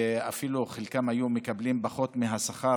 חלקם ואפילו היו מקבלים פחות מהשכר